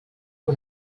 que